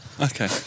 Okay